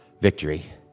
victory